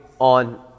on